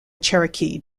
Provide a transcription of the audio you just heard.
cherokee